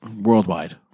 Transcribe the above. worldwide